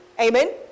Amen